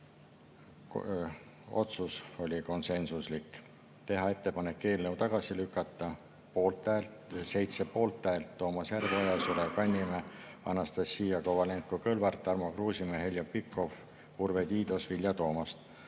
otsus oli konsensuslik – ja teha ettepanek eelnõu tagasi lükata. Seitse poolthäält: Toomas Järveoja, Sulev Kannimäe, Anastassia Kovalenko-Kõlvart, Tarmo Kruusimäe, Heljo Pikhof, Urve Tiidus, Vilja Toomast.